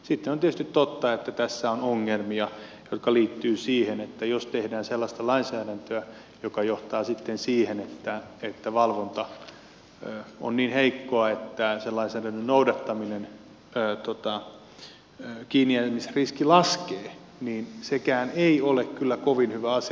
sitten on tietysti totta että tässä on ongelmia jotka liittyvät siihen että jos tehdään sellaista lainsäädäntöä joka johtaa sitten siihen että valvonta on niin heikkoa että se lainsäädännön noudattaminen vähenee ja kiinnijäämisriski laskee niin sekään ei ole kyllä kovin hyvä asia